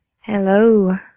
Hello